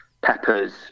peppers